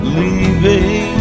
leaving